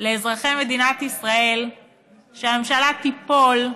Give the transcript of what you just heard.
לאזרחי מדינת ישראל שהממשלה תיפול,